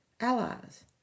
Allies